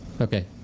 okay